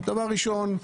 ראשית,